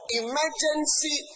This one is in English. emergency